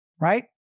Right